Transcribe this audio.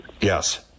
Yes